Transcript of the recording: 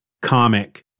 comic